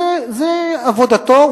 זאת עבודתו.